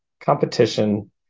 competition